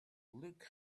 look